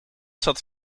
zat